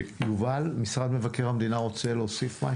יובל ממשרד המבקר המדינה, האם תרצה להוסיף?